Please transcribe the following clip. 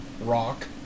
Rock